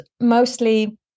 mostly